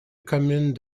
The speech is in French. commune